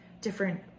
different